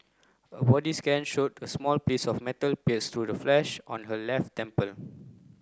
a body scan showed a small piece of metal pierced through the flesh on her left temple